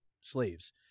slaves